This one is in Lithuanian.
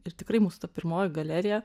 ir tikrai mūsų ta pirmoji galerija